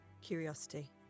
Curiosity